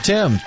Tim